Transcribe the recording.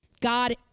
God